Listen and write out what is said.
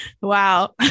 Wow